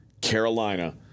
Carolina